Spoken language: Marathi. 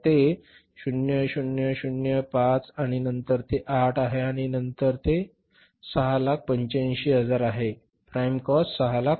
ते 0 0 0 5 आहे नंतर ते 8 आहे आणि नंतर ते 685000 आहे प्राइम कॉस्ट 685000 आहे